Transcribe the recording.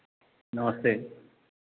नमस्ते